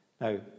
Now